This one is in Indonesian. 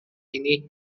ini